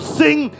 sing